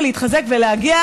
ולהתחזק,